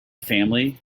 family